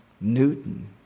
Newton